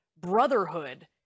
brotherhood